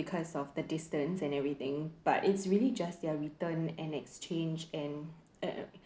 because of the distance and everything but it's really just their return and exchange and uh